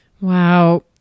Wow